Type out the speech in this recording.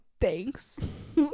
Thanks